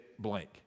blank